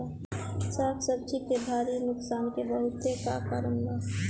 साग सब्जी के भारी नुकसान के बहुतायत कारण का बा?